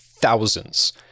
thousands